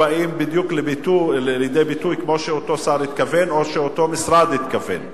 בדיוק לידי ביטוי כמו שאותו שר התכוון או שאותו משרד התכוון.